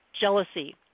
jealousy